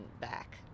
back